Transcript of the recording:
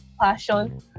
passion